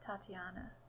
Tatiana